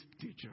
teacher